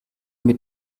mit